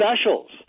specials